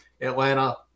Atlanta